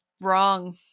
wrong